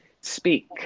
speak